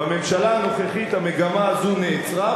בממשלה הנוכחית המגמה הזאת נעצרה,